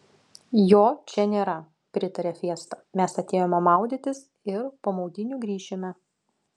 jo čia nėra pritarė fiesta mes atėjome maudytis ir po maudynių grįšime